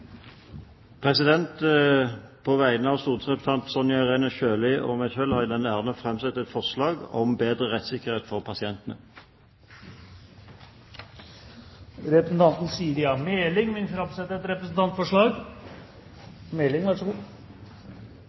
På vegne av stortingsrepresentant Sonja Irene Sjøli og meg selv har jeg den ære å framsette et forslag om bedre rettssikkerhet for pasienter. Representanten Siri A. Meling vil framsette et representantforslag.